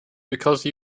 because